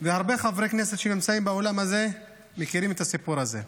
הרבה חברי כנסת שנמצאים באולם הזה מכירים את הסיפור הזה.